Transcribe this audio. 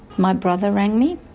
my brother rang me,